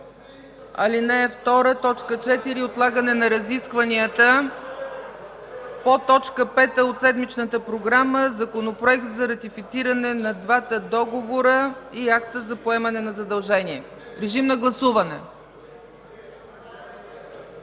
ал. 2, т. 4 – отлагане на разискванията по т. 5 от седмичната програма – Законопроект за ратифициране на двата договора и акта за поемане на задължение. Режим на гласуване.